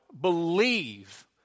believe